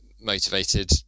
motivated